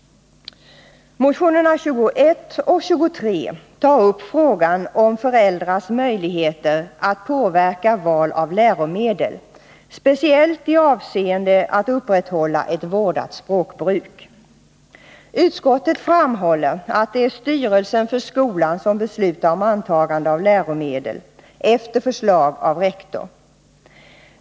Motionerna 21 och 23 tar upp frågan om föräldrars möjligheter att påverka valet av läromedel, speciellt i avseende på att upprätthålla ett vårdat språkbruk. Utskottet framhåller att det är styrelsen för skolan som beslutar om antagande av läromedel efter förslag från rektor.